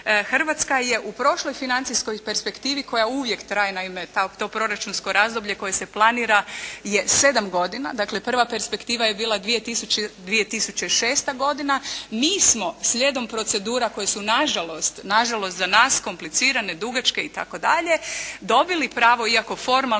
Hrvatska je u prošloj financijskoj perspektivi koja uvijek traje, naime, to proračunsko razdoblje koje se planira je 7 godina, dakle, prva perspektiva je bila 2006. godina. Mi smo slijedom procedura koje su nažalost, nažalost za nas komplicirane, dugačke itd., dobili pravo iako formalno